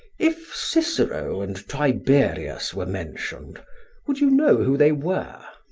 if cicero and tiberius were mentioned would you know who they were?